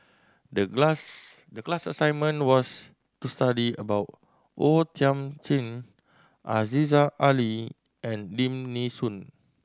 the class the class assignment was to study about O Thiam Chin Aziza Ali and Lim Nee Soon